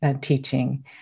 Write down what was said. teaching